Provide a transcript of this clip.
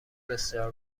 بسیار